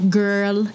girl